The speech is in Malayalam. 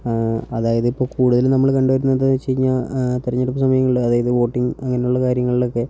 അതായത് ഇപ്പോൾ കൂടുതലും നമ്മൾ കണ്ടുവരുന്നതെന്താണെന്ന് വച്ചു കഴിഞ്ഞാൽ തിരഞ്ഞെടുപ്പ് സമയങ്ങളിൽ അതായത് വോട്ടിംഗ് അങ്ങനെയുള്ള കാര്യങ്ങളിലൊക്കെ